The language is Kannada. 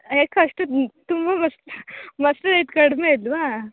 ಯಾಕೆ ಅಷ್ಟು ತುಂಬ ಮೊಸ್ರು ಈಗ ಕಡ್ಮೆ ಇದ್ವಾ